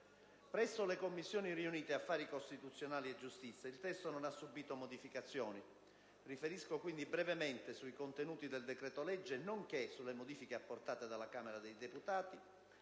Presso le Commissioni riunite affari costituzionali e giustizia il testo non ha subito modificazioni. Riferisco quindi brevemente sui contenuti del decreto-legge, nonché sulle modifiche apportate dalla Camera dei deputati,